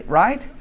right